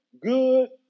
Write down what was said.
Good